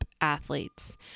athletes